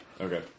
Okay